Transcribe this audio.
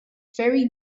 very